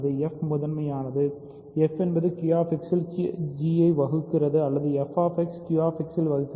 f முதன்மையானது f என்பது QX ல் g ஐ வகுக்கிறது அல்லது Fகியூ எக்ஸில் வகுக்கிறது